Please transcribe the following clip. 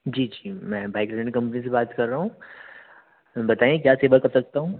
जी जी मैं bike rent company से बात कर रहा हूँ बताऍं क्या सेवा कर सकता हूँ